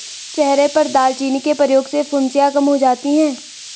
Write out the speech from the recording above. चेहरे पर दालचीनी के प्रयोग से फुंसियाँ कम हो जाती हैं